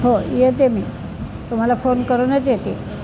हो येते मी तुम्हाला फोन करूनच येते